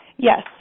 Yes